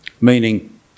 meaning